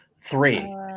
Three